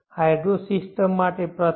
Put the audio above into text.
hydro system માટે પ્રથમ